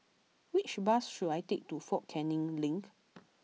which bus should I take to Fort Canning Link